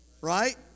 right